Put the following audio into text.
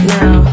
now